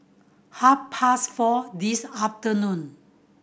half past four this afternoon